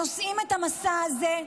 נושאים את המשא הזה.